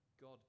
God